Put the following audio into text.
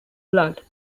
blood